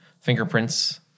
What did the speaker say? fingerprints